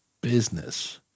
business